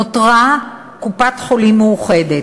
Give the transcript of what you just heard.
נותרה קופת-חולים מאוחדת,